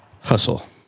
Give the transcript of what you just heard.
Hustle